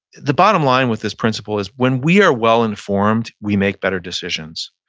the bottom line with this principal is when we are well informed, we make better decisions.